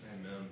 Amen